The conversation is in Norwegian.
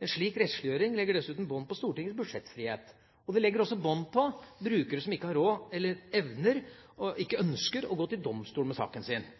En slik rettsliggjøring legger dessuten bånd på Stortingets budsjettfrihet. Det legger også bånd på brukere som ikke har råd, ikke evner eller ikke ønsker å gå til domstolene med saken sin.